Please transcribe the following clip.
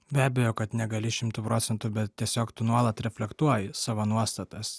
be abejo kad negali šimtu procentų bet tiesiog tu nuolat reflektuoji savo nuostatas